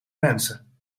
mensen